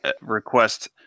request